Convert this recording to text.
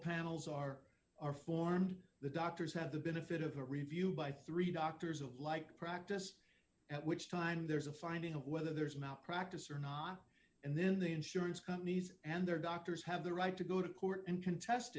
panels are are formed the doctors have the benefit of a review by three doctors of like practice at which time there is a finding of whether there is malpractise or not and then the insurance companies and their doctors have the right to go to court and contest